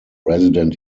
resident